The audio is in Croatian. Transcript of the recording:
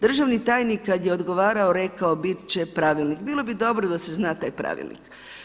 Državni tajnik kada je odgovarao rekao bit će pravilnik, bilo bi dobo da se zna taj pravilnik.